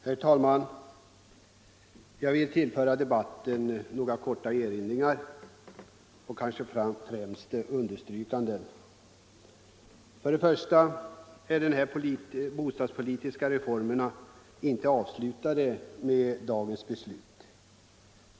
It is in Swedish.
Herr talman! Jag vill tillföra debatten några korta erinringar och understrykanden. Först och främst: De bostadspolitiska reformerna är inte avslutade med dagens beslut.